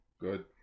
Good